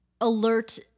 alert